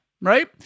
right